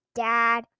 dad